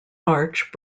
arch